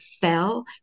fell